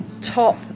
top